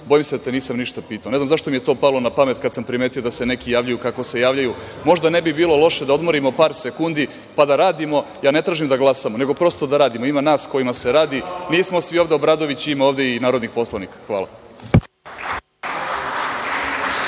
„Bojim se da te nisam ništa pitao“. Ne znam zašto mi je to palo na pamet kada sam primetio da se neki javljaju kako se javljaju. Možda ne bi bilo loše da odmorimo par sekundi, pa da radimo, ja ne tražim da glasamo, nego prosto da radimo. Ima nas kojima se radi, nismo svi ovde Obradović, ima ovde i narodnih poslanika. Hvala.